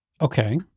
Okay